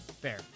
Fair